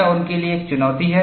यह उनके लिए एक चुनौती है